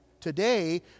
Today